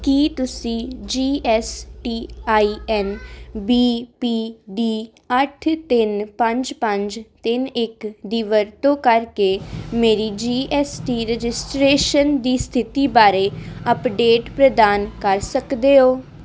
ਕੀ ਤੁਸੀਂ G S T I N V P ਦੀ ਅੱਠ ਤਿੰਨ ਪੰਜ ਪੰਜ ਤਿੰਨ ਇੱਕ ਦੀ ਵਰਤੋਂ ਕਰਕੇ ਮੇਰੀ ਜੀ ਐੱਸ ਟੀ ਰਜਿਸਟ੍ਰੇਸ਼ਨ ਦੀ ਸਥਿਤੀ ਬਾਰੇ ਅੱਪਡੇਟ ਪ੍ਰਦਾਨ ਕਰ ਸਕਦੇ ਹੋ